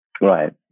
Right